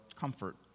comfort